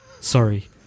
Sorry